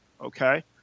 Okay